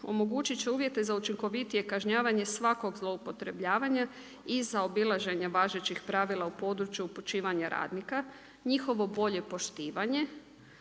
omogućit će uvijete za učinkovitije kažnjavanje svakog zloupotrebljavanja i zaobilaženje važećih pravila u području počivanja radnika, njihovo bolje poštivanje,